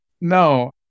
no